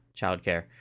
childcare